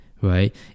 right